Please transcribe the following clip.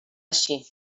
així